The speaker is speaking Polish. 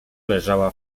leżała